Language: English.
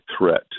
threat